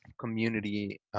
community